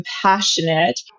compassionate